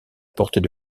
portée